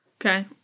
Okay